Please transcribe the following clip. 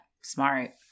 Smart